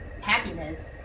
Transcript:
happiness